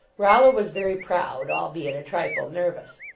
rollo was very proud, albeit a trifle nervous.